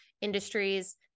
industries